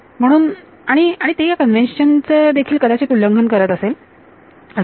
म्हणून आणि आणि ते या कन्वेंशन चे देखील कदाचित उल्लंघन करेल असो